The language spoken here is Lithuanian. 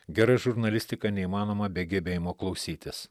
gera žurnalistika neįmanoma be gebėjimo klausytis